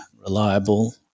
reliable